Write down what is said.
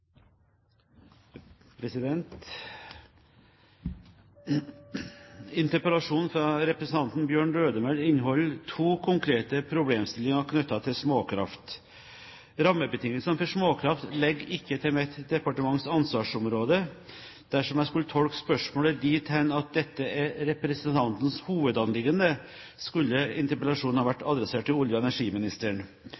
fra representanten Bjørn Lødemel inneholder to konkrete problemstillinger knyttet til småkraft. Rammebetingelsene for småkraft ligger ikke til mitt departements ansvarsområde. Dersom jeg skulle tolke spørsmålet dit hen at dette er representantens hovedanliggende, skulle interpellasjonen ha vært